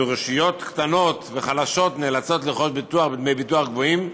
ואילו רשויות קטנות וחלשות נאלצות לרכוש ביטוח בדמי ביטוח גבוהים,